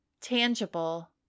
tangible